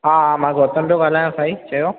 हा हा मां गौतमु थो ॻाल्हायां साईं चयो